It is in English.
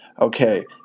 Okay